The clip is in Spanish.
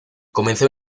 comenzó